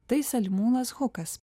tai salimūnas hukas